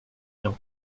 mais